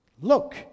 look